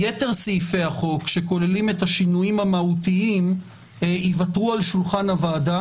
יתר סעיפי החוק שכוללים את השינויים המהותיים יוותרו על שולחן הוועדה.